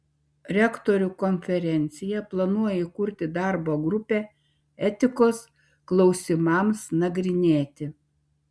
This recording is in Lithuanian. rektorių konferencija planuoja įkurti darbo grupę etikos klausimams nagrinėti